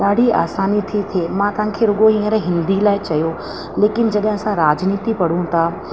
ॾाढी आसानी थी थिये मां तव्हां खे रुॻो हींअर हिंदी लाइ चयो लेकिन जॾहिं असां राजनीति पढ़ूं था